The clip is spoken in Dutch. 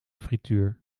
frituur